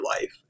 life